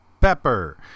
Pepper